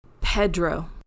Pedro